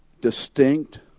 distinct